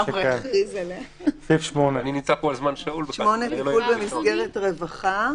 "(8) טיפול במסגרת רווחה,"